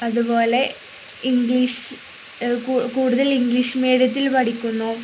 അതുപോലെ ഇംഗ്ലീഷ് കൂടുതൽ ഇംഗ്ലീഷ് മീഡിയത്തിൽ പഠിക്കുന്നു